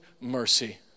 mercy